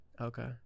Okay